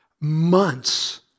months